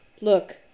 Look